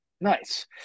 nice